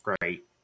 great